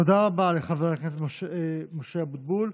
תודה רבה לחבר הכנסת משה אבוטבול.